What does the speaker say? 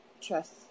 Trust